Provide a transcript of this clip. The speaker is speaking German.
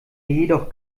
jedoch